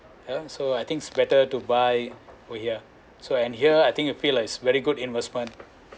uh so I think it's better to buy we ah so and here I think you feel is like very good investment